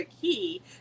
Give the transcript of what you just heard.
key